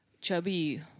chubby